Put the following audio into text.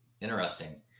interesting